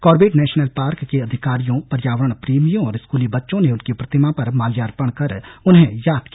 Corbett national park के अधिकारियों पर्यावरण प्रेमियों और स्कूली बच्चों ने उनकी प्रतिमा पर माल्यार्पण कर उन्हें याद किया